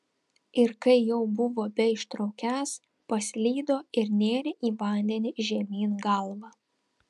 ir kai jau buvo beištraukiąs paslydo ir nėrė į vandenį žemyn galva